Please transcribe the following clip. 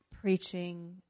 preaching